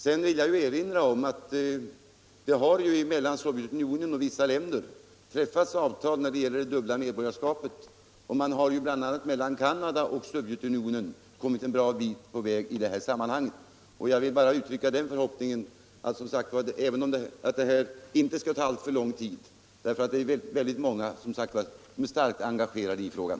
Jag vill sedan erinra om att det mellan Sovjetunionen och vissa länder har träffats avtal när det gäller det dubbla medborgarskapet. Bl. a. Canada har kommit en bra bit på väg i detta sammanhang. Slutligen vill jag uttrycka förhoppningen att behandlingen av denna fråga inte kommer att ta alltför lång tid, eftersom väldigt många människor är starkt engagerade i den.